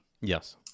Yes